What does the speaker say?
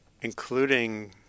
including